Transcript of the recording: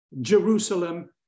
Jerusalem